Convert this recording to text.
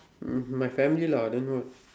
um my family lah then what